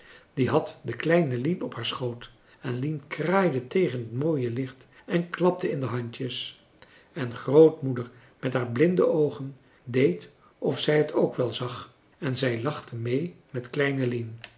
die had de kleine lien op haar schoot en lien kraaide tegen het mooie licht en klapte in de handjes en grootmoeder met haar blinde oogen deed of zij het ook wel zag en zij lachte mee met kleine lien